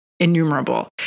innumerable